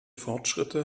fortschritte